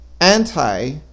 anti